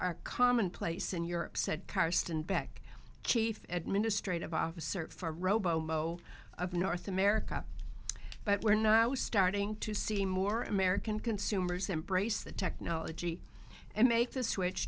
are commonplace in europe said karsten beck chief administrative officer for robo mo of north america but we're now starting to see more american consumers embrace the technology and make the switch